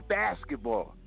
basketball